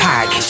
Pack